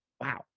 Wow